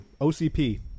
OCP